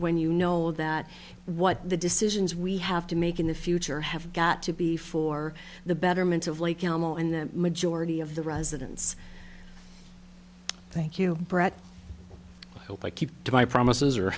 when you know that what the decisions we have to make in the future have got to be for the betterment of lake animal and the majority of the residents thank you bret help i keep my promises or